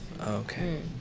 Okay